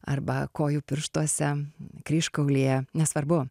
arba kojų pirštuose kryžkaulyje nesvarbu